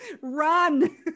run